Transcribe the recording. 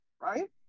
Right